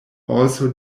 also